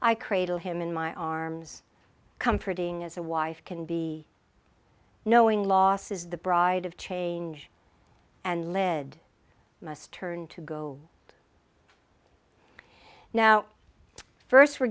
i cradle him in my arms comforting as a wife can be knowing losses the bride of change and lead must turn to go now first